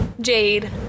Jade